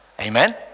Amen